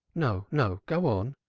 no, no go on.